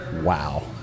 wow